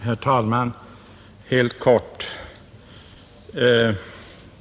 Herr talman! Jag skall fatta mig kort.